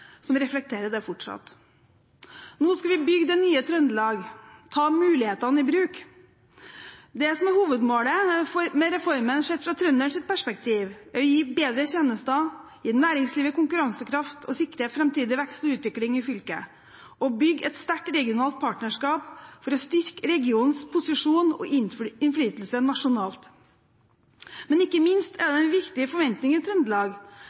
som reflekterer det fortsatt. Nå skal vi bygge det nye Trøndelag, ta mulighetene i bruk. Det som er hovedmålet med reformen sett fra trønderens perspektiv, er å gi bedre tjenester, gi næringslivet konkurransekraft, sikre framtidig vekst og utvikling i fylket og å bygge et sterkt regionalt partnerskap for å styrke regionens posisjon og innflytelse nasjonalt. Men ikke minst er det en viktig forventning i Trøndelag